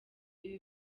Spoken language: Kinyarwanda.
ibi